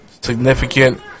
significant